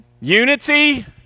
unity